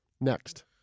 Next